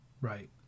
right